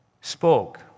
spoke